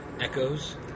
echoes